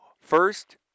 First